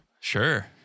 Sure